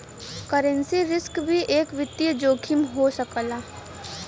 currency risk भी एक वित्तीय जोखिम हो सकला